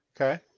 Okay